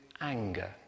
anger